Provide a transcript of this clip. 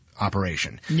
operation